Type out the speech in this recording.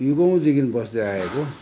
युगौँदेखि बस्दै आएको